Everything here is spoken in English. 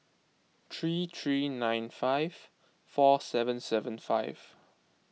three three nine five four seven seven five